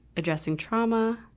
addressing trauma,